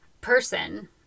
person